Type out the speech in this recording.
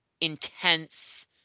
intense